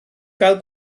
gael